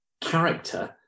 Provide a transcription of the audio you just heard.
character